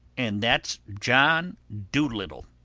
and that's john dolittle.